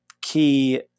key